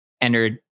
entered